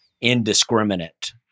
indiscriminate